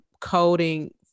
coding